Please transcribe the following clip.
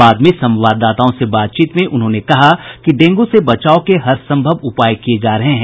बाद में संवाददाताओं से बातचीत में श्री प्रसाद ने कहा कि डेंगू से बचाव के हरसंभव उपाय किये जा रहे हैं